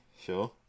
sure